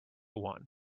one